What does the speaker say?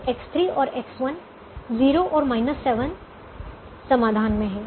तो X3 और X1 0 और 7 समाधान में हैं